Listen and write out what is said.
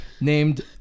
named